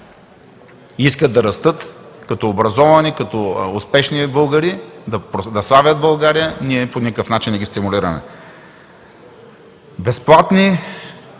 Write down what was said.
искат да растат като образовани, като успешни българи, да славят България. Ние по никакъв начин не ги стимулираме. Безплатни